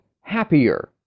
happier